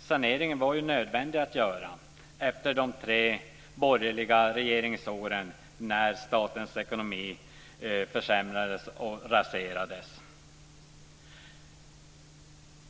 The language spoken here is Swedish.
Saneringen var ju nödvändig att göra efter de tre borgerliga regeringsåren då statens ekonomi försämrades och raserades.